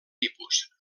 tipus